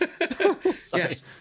yes